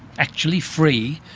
actually free,